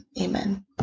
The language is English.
Amen